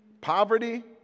poverty